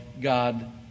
God